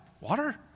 Water